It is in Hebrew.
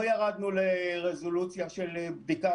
לא ירדנו לרזולוציה של בדיקה